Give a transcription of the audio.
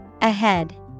Ahead